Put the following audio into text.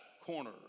corner